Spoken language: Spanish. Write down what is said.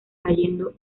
cayendo